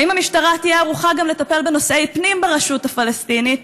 האם המשטרה תהיה ערוכה לטפל גם בנושאי פנים ברשות הפלסטינית,